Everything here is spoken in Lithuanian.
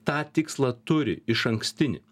tą tikslą turi išankstinį